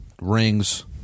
rings